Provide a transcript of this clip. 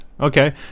Okay